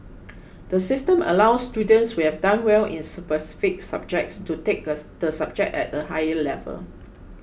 the system allows students who have done well in specific subjects to take the subject at a higher level